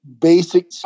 basic